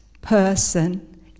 person